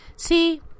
See